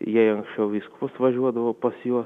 jei anksčiau vyskupas važiuodavo pas juos